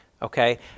Okay